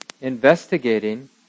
investigating